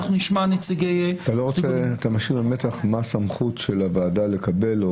אתה לא רוצה מה הסמכות של הוועדה לקבל?